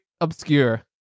obscure